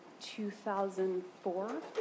2004